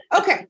Okay